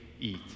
eat